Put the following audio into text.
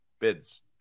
Bids